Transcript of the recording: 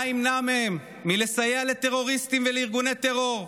מה ימנע מהם לסייע לטרוריסטים ולארגוני טרור?